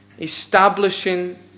establishing